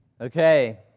Okay